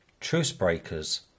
truce-breakers